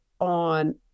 on